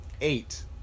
Eight